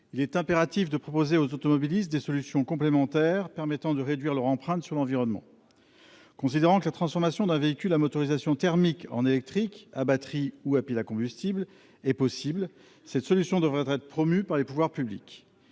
il est impératif de proposer aux automobilistes des solutions complémentaires permettant de réduire leur empreinte sur l'environnement. La transformation d'un véhicule à motorisation thermique en électrique, à batterie ou à pile à combustible, étant possible, une telle solution devrait être promue par les pouvoirs publics.